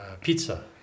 Pizza